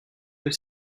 que